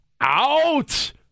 out